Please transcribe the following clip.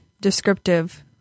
descriptive